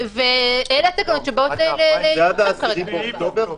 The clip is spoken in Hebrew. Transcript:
זה יכול באבחה אחת לפתור להמון-המון עסקים קטנים את הבעיה.